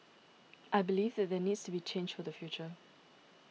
I believe that there needs to be change for the future